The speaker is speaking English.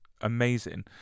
amazing